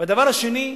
הדבר השני,